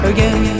Again